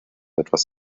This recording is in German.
etwas